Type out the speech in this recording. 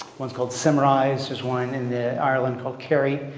one's called symrise. there's one in ireland called kerry.